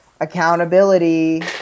accountability